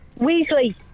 Weasley